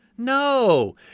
No